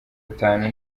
atanu